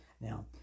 Now